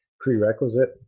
prerequisite